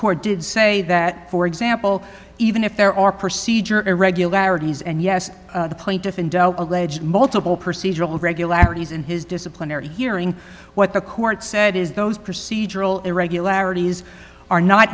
court did say that for example even if there are procedure irregularities and yes the plaintiff and alleged multiple procedural irregularities in his disciplinary hearing what the court said is those procedural irregularities are not